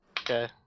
okay